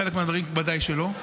חלק מהדברים בוודאי שלא.